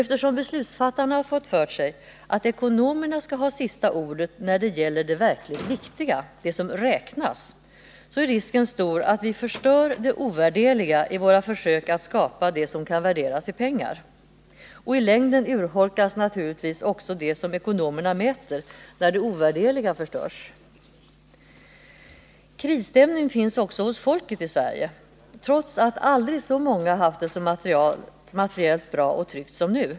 Eftersom beslutsfattarna har fått för sig att ekonomerna skall ha sista ordet när det gäller det verkligt viktiga — det som räknas — är risken stor att vi förstör det ovärderliga i våra strävanden att försöka skapa det som kan värderas i pengar. I längden urholkas naturligtvis också ekonomernas mätmaterial när det ovärderliga förstörs. Krisstämning finns också hos folket i Sverige, trots att aldrig så många haft det så materiellt bra och tryggt som nu.